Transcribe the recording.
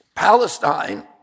Palestine